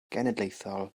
genedlaethol